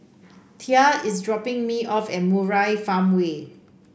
Tia is dropping me off at Murai Farmway